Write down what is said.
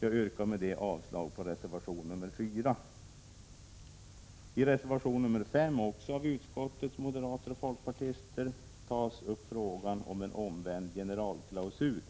Jag yrkar med detta avslag på reservation 4. I reservation 5, också av utskottets moderater och folkpartister, tas upp frågan om en omvänd generalklausul.